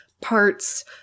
parts